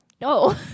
No